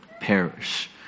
perish